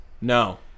No